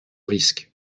risques